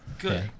good